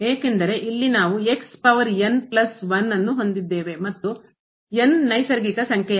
ಏಕೆಂದರೆ ಇಲ್ಲಿ ನಾವು ಪವರ್ ಪ್ಲಸ್ ಮತ್ತು ಎನ್ ನೈಸರ್ಗಿಕ ಸಂಖ್ಯೆಯಾಗಿದೆ